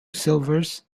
silvers